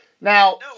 Now